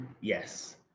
yes